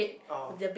oh